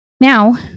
Now